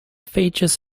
features